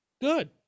good